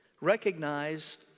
recognized